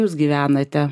jūs gyvenate